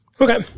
okay